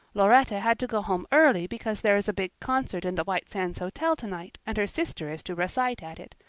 lauretta had to go home early because there is a big concert in the white sands hotel tonight and her sister is to recite at it.